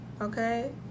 Okay